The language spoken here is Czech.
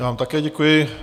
Já vám také děkuji.